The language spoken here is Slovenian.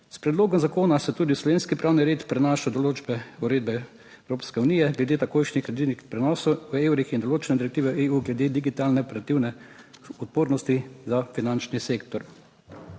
(nadaljevanje) v slovenski pravni red prenaša določbe uredbe Evropske unije glede takojšnjih kreditnih prenosov v evrih in določene direktive EU glede digitalne operativne odpornosti za finančni sektor.